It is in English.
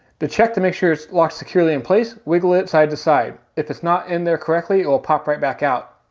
the check to make sure it's locked securely in place, wiggle it side-to-side. if it's not in there correctly, it will pop right back out.